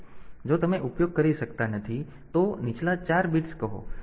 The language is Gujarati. તેથી જો તમે ઉપયોગ કરતા નથી તો નીચલા 4 બિટ્સ કહો